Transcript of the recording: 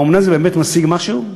האומנם זה באמת משיג משהו?